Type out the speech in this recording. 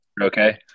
Okay